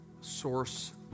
source